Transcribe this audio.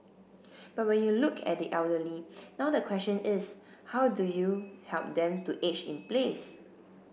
but when you look at the elderly now the question is how do you help them to age in place